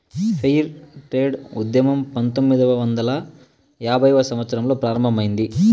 fair trade ఉద్యమం పంతొమ్మిదవ వందల యాభైవ సంవత్సరంలో ప్రారంభమైంది